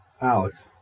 Alex